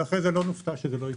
ואחרי כן שלא נופתע כשזה לא יקרה.